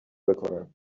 بکنم